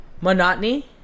monotony